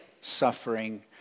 suffering